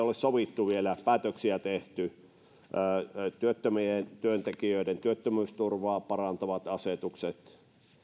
ole vielä sovittu päätöksiä tehty työttömien työntekijöiden työttömyysturvaa parantavat asetukset